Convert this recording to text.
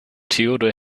theodor